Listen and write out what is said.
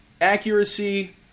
accuracy